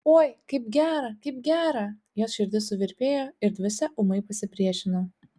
oi kaip gera kaip gera jos širdis suvirpėjo ir dvasia ūmai pasipriešino